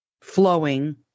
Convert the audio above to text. flowing